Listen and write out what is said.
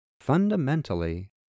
fundamentally